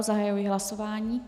Zahajuji hlasování.